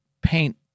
paint